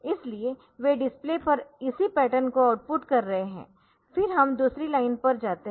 इसलिए वे डिस्प्ले पर इसी पैटर्न को आउटपुट कर रहे है फिर हम दूसरी लाइन पर जाते है